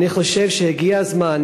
ואני חושב שהגיע הזמן,